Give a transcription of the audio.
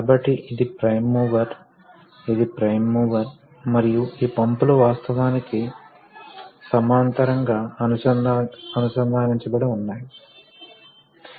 కాబట్టి బాడీ పై ప్రెషర్ పనిచేసేటప్పుడు అది ఫోర్స్ ని సృష్టిస్తుంది కాబట్టి ఆ ఫోర్స్ ఒక కదలికను సృష్టిస్తుందని ఆశిస్తున్నాము